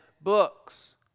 books